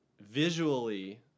visually